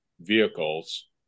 vehicles